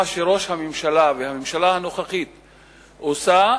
מה שראש הממשלה והממשלה הנוכחית עושים,